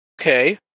okay